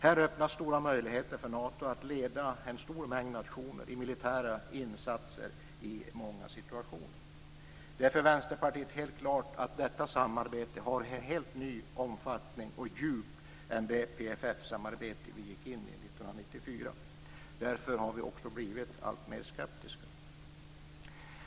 Här öppnas stora möjligheter för Nato att leda en stor mängd nationer i militära insatser i många situationer. Det är för Vänsterpartiet helt klart att detta samarbete har en helt ny omfattning och ett annat djup än det PFF-samarbete vi gick in i 1994. Därför har vi också blivit alltmer skeptiska.